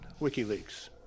WikiLeaks